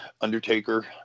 undertaker